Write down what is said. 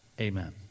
Amen